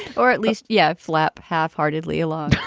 or at least. yeah. flap halfheartedly a lot.